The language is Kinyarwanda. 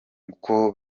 uko